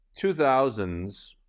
2000s